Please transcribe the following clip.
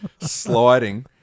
sliding